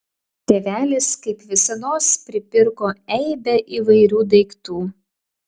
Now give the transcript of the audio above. tėvelis kaip visados pripirko eibę įvairių daiktų